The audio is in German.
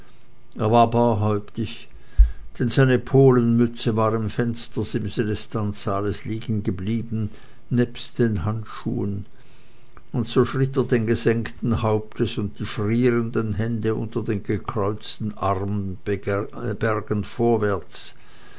er war barhäuptig denn seine polenmütze war im fenstersimse des tanzsaales liegengeblieben nebst den handschuhen und so schritt er denn gesenkten hauptes und die frierenden hände unter die gekreuzten arme